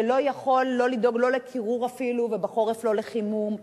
שלא יכול לדאוג לא לקירור ובחורף לא לחימום,